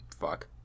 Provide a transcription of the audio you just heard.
fuck